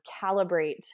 calibrate